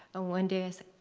ah one day i said,